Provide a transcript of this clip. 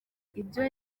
ibyo